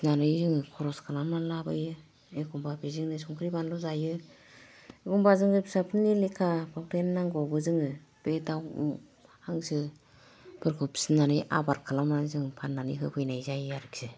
फिसिनानै जोङो खरस खालामनानै लाबोयो एखम्बा बेजोंनो संख्रि बानलु जायो एखम्बा जोङो फिसाफोरनि लेखा फावथेन नांगौआवबो जोङो बे दाउ अ' हांसो फोरखौ फिसिनानै आबाद खालामनानै जों फान्नानै होफैनाय जायो आरोखि